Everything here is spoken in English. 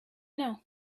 know